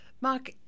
Mark